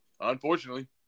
Unfortunately